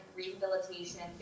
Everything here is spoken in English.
rehabilitation